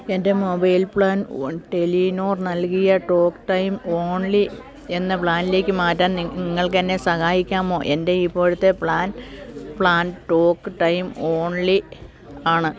എൻ്റെ mobile plan one Telenor നൽകിയ talk time only എന്ന പ്ലാനിലേക്ക് മാറ്റാൻ നിങ്ങൾക്കെന്നെ സഹായിക്കാമോ എൻ്റെ ഇപ്പോഴത്തെ plan plan talk time only ആണ്